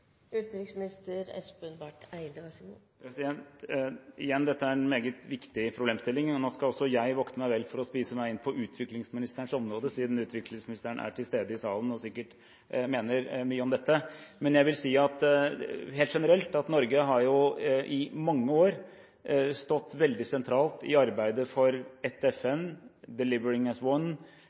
Igjen, dette er en meget viktig problemstilling. Nå skal også jeg vokte meg vel for å spise meg inn på utviklingsministerens område, siden utviklingsministeren er til stede i salen og sikkert mener mye om dette. Men jeg vil si helt generelt at Norge i mange år har stått veldig sentralt i arbeidet for et FN «delivering as